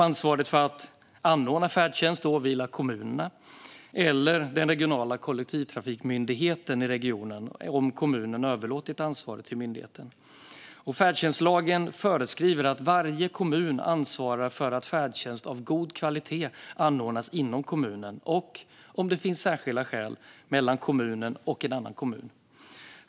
Ansvaret för att anordna färdtjänst åvilar kommunerna eller den regionala kollektivtrafikmyndigheten i regionen, om kommunen har överlåtit ansvaret till myndigheten. Färdtjänstlagen föreskriver att varje kommun ansvarar för att färdtjänst av god kvalitet anordnas inom kommunen och, om det finns särskilda skäl, mellan kommunen och en annan kommun.